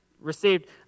received